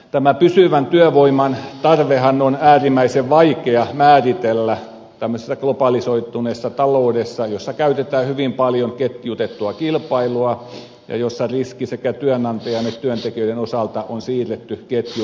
tämä pysyvän työvoiman tarvehan on äärimmäisen vaikea määritellä tämmöisessä globalisoituneessa taloudessa jossa käytetään hyvin paljon ketjutettua kilpailua ja jossa riski sekä työnantajan että työntekijöiden osalta on siirretty ketjun alapäähän